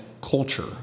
culture